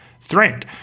threat